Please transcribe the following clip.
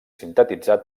sintetitzar